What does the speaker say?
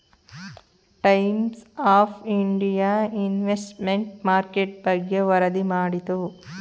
times of India investment market ಬಗ್ಗೆ ವರದಿ ಮಾಡಿತು